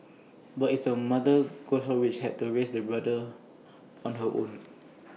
but IT was the mother goshawk which had to raise the brood on her own